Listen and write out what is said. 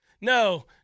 No